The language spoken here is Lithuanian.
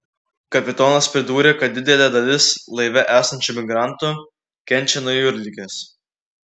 kapitonas pridūrė kad didelė dalis laive esančių migrantų kenčia nuo jūrligės